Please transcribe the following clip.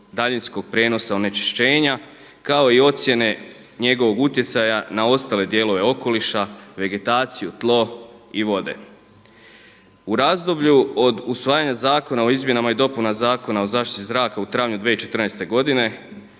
daljinskog prijenosa onečišćenja kao i ocjene njegovog utjecaja na ostale dijelove okoliša, vegetaciju, tlo i vode. U razdoblju od usvajanja Zakona o izmjenama i dopunama Zakona o zaštiti zraka u travnju 2014. godine